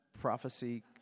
prophecy